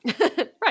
right